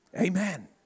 Amen